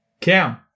Cam